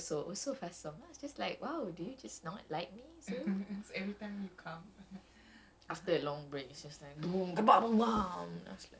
ya because unsubsequently it was like slow and chill and guess what today also was fast for me I was just like !wow! do you just not like me